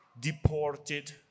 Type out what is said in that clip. deported